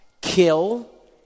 Kill